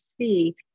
see